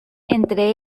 entre